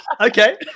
Okay